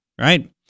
right